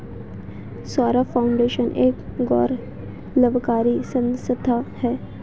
Saurabh foundation एक गैर लाभकारी संस्था है